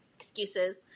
Excuses